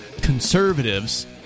conservatives